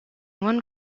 one